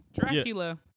Dracula